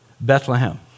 Bethlehem